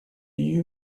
you